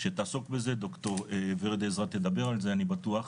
שתעסוק בזה, דוקטור ורד עזרא תדבר על זה אני בטוח.